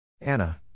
Anna